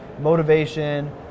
motivation